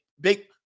big